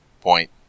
point